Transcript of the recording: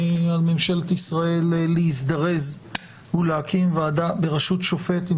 על מ משלת ישראל להזדרז ולהקים ועדה בראשות שופט עם